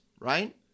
right